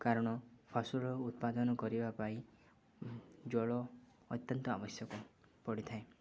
କାରଣ ଫସଲ ଉତ୍ପାଦନ କରିବା ପାଇଁ ଜଳ ଅତ୍ୟନ୍ତ ଆବଶ୍ୟକ ପଡ଼ିଥାଏ